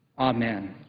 amen.